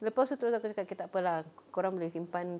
lepas tu terus aku cakap okay tak apa lah kau orang boleh simpan